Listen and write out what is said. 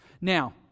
Now